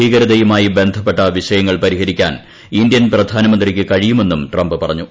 ഭീകരതൃയ്കൂമായി ബന്ധപ്പെട്ട വിഷയങ്ങൾ പരിഹരിക്കാൻ ഇന്ത്യൻ പ്രധാന്യമുന്തിയ്ക്ക് കഴിയുമെന്നും ട്രംപ് പറഞ്ഞു